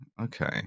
okay